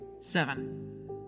Seven